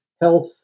health